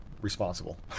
responsible